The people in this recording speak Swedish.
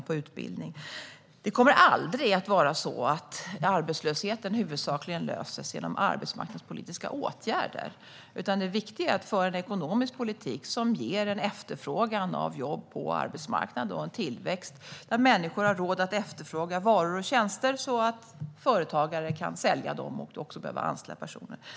Arbetslösheten kommer aldrig att kunna lösas huvudsakligen genom arbetsmarknadspolitiska åtgärder, utan det viktiga är att föra en ekonomisk politik som ger en efterfrågan på jobb på arbetsmarknaden och en tillväxt där människor har råd att efterfråga varor och tjänster, så att företagare kan sälja dem och också behöva anställa personer.